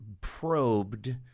probed